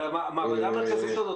אבל המעבדה המרכזית הזאת,